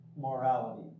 morality